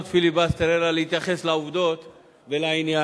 פיליבסטר אלא להתייחס לעובדות ולעניין,